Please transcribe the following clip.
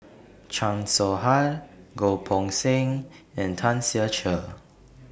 Chan Soh Ha Goh Poh Seng and Tan Ser Cher